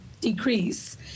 decrease